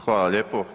Hvala lijepo.